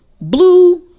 blue